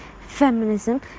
Feminism